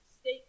state